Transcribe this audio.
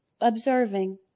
observing